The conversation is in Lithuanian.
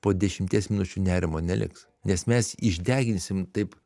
po dešimties minučių nerimo neliks nes mes išdeginsim taip